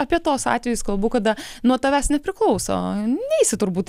apie tuos atvejus kalbu kada nuo tavęs nepriklauso neisi turbūt